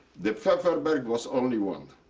the pfefferberg was only one.